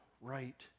right